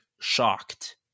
shocked